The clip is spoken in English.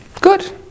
good